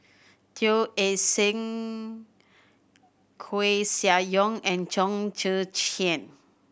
Teo Eng Seng Koeh Sia Yong and Chong Tze Chien